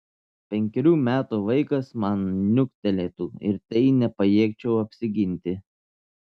penkerių metų vaikas man niuktelėtų ir tai nepajėgčiau apsiginti